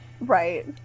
Right